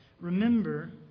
Remember